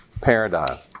paradigm